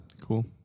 Cool